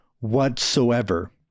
whatsoever